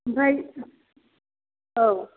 ओमफ्राय औ